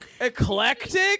Eclectic